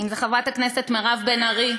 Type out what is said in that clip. אם חברת הכנסת מירב בן ארי,